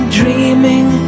dreaming